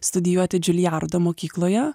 studijuoti džiulijardo mokykloje